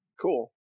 Cool